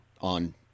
on